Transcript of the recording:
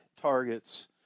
targets